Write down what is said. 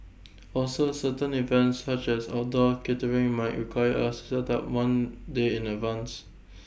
also certain events such as outdoor catering might require us to set up one day in advance